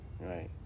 right